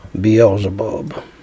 Beelzebub